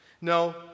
No